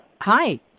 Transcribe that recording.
Hi